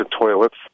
toilets